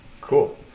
cool